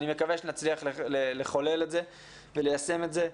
אני מקווה שנצליח לחולל את זה וליישם את זה.